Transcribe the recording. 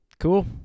Cool